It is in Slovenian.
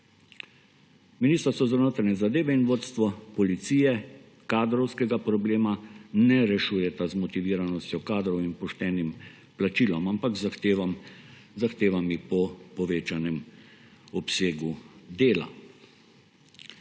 Ministrstvo za notranje zadeve in vodstvo Policije kadrovskega problema ne rešujeta z motiviranostjo kadrov in poštenim plačilom, ampak z zahtevami po povečanem obsegu dela.